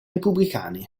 repubblicani